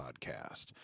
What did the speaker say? Podcast